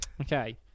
Okay